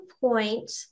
point